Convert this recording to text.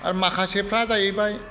आरो माखासेफ्रा जाहैबाय